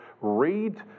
read